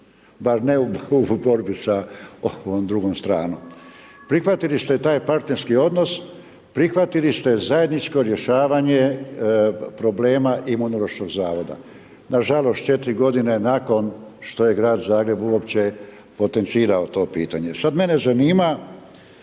bar ne u borbi sa ovom drugom stranom. Prihvatili ste taj partnerski odnos, prihvatili ste zajedničko rješavanje problema Imunološkog zavoda. Nažalost 4 godine nakon što je grad Zagreb uopće potencirao to pitanje. Sada mene zanima